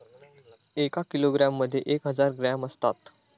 एका किलोग्रॅम मध्ये एक हजार ग्रॅम असतात